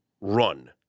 run